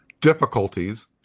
difficulties